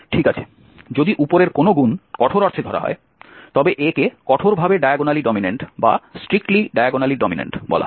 ঠিক আছে যদি উপরের কোনও গুণ কঠোর অর্থে ধরা হয় তবে A কে কঠোরভাবে ডায়াগোনালি ডমিন্যান্ট বলা হয়